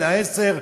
בגיל 10,